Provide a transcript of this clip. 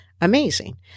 amazing